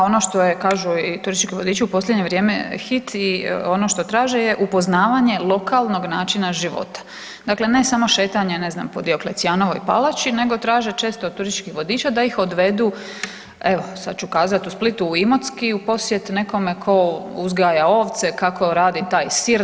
A ono što je kažu turistički vodiči u posljednje vrijeme hit i ono što traže je upoznavanje lokalnog načina života, dakle ne samo šetanje, ne znam po Dioklecijanovoj palači nego traže često od turističkih vodiča da ih odvedu evo sad ću kazat u Split u Imotski u posjet nekome tko uzgaja ovce, kako rade taj sir.